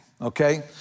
okay